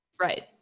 Right